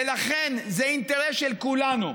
ולכן זה אינטרס של כולנו,